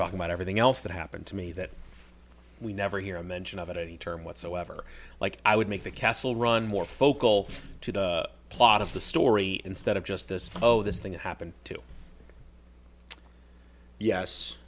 talking about everything else that happened to me that we never hear a mention of any term whatsoever like i would make the castle run more focal to the plot of the story instead of just this oh this thing happened to yes